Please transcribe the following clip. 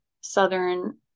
southern